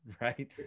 right